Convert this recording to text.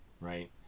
Right